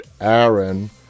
Aaron